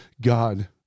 God